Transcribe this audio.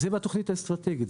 זה בתכנית האסטרטגית.